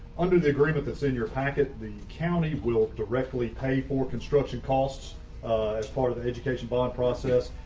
under the agreement that's in your packet the county will directly pay for construction costs as part of the education bond process.